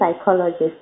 psychologist